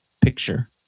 picture